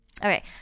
Okay